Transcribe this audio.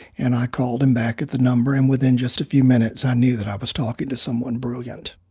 and i called him back at the number, and within just a few minutes, i knew that i was talking to someone brilliant